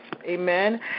Amen